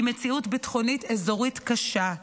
עם מציאות ביטחונית אזורית קשה,